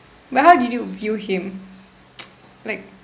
but how did you view him like